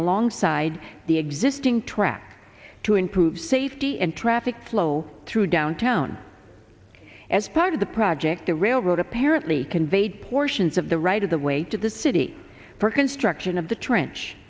alongside the existing track to improve safety and traffic flow through downtown as part of the project the railroad apparently conveyed portions of the right of the way to the city for construction of the trench